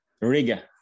Riga